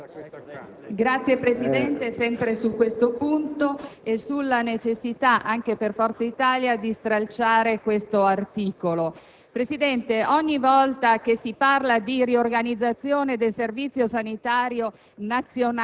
intervengo sempre su questo punto e sulla necessità anche per Forza Italia di stralciare questo articolo.